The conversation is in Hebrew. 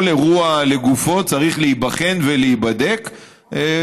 כל אירוע צריך להיבחן ולהיבדק לגופו,